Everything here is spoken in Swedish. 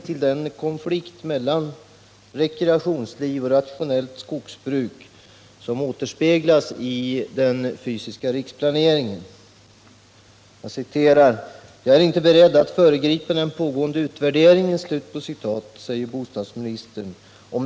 Debatten har handlat om skäligheten i att skogsbruket förorsakas bortfall av inkomster som en följd av att den fysiska riksplaneringen aktualiserar inskränkningar i areal och restriktioner i skogsbruket till förmån för rekreation och rörligt friluftsliv.